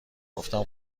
گفتم